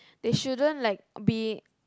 they shouldn't like be